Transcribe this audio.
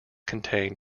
contain